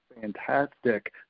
fantastic